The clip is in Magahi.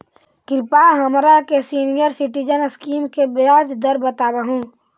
कृपा हमरा के सीनियर सिटीजन स्कीम के ब्याज दर बतावहुं